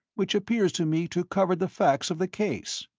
which appears to me to cover the facts of the case.